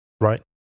right